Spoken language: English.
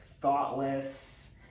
thoughtless